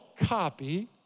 copy